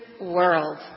world